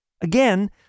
Again